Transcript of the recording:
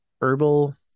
herbal